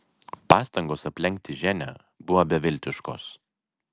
pastangos aplenkti ženią buvo beviltiškos